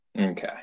Okay